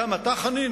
הגם אתה, חנין?